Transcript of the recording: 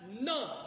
none